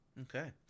Okay